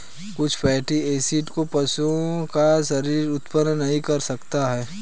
कुछ fatty acid को पशुओं का शरीर उत्पन्न नहीं कर सकता है